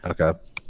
okay